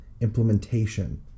implementation